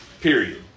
Period